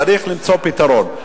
צריך למצוא פתרון.